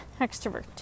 extrovert